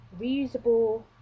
reusable